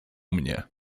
mnie